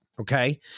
Okay